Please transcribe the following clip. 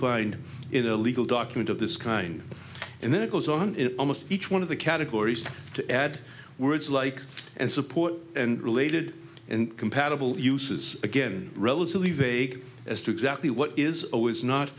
find in a legal document of this kind and then it goes on in almost each one of the categories to add words like and support and related and compatible uses again relatively vague as to exactly what is